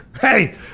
Hey